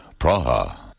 Praha